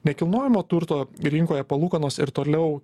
nekilnojamo turto rinkoje palūkanos ir toliau